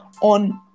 on